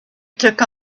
took